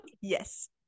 yes